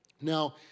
Now